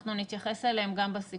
אנחנו נתייחס אליהן גם בסיכום.